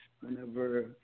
Whenever